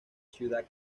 ciudad